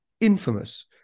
infamous